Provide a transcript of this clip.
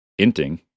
inting